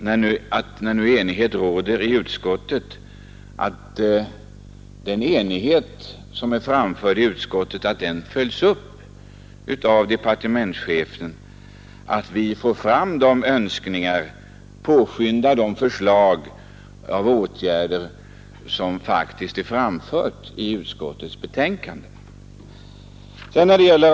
När nu enighet råder i utskottet är det ganska viktigt att den enigheten följs upp av departementschefen, så att man får fram önskningarna och påskyndar de förslag till åtgärder som faktiskt är framförda i utskottets betänkande.